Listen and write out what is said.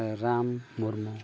Ram Murmu